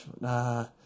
Nah